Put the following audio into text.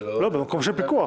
אני לא רואה --- במקום של פיקוח.